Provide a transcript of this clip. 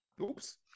Oops